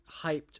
hyped